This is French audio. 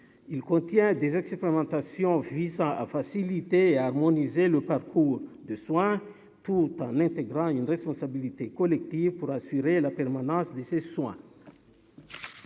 il contient des expérimentations visant à faciliter et harmoniser le parcours de soins tout en intégrant une responsabilité collective pour assurer la permanence des soins.